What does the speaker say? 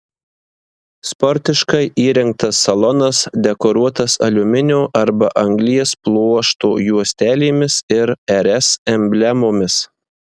sportiškai įrengtas salonas dekoruotas aliuminio arba anglies pluošto juostelėmis ir rs emblemomis